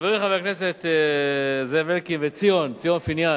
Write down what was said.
חברי חבר הכנסת זאב אלקין וחבר הכנסת ציון פיניאן